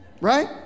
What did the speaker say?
right